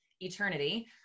eternity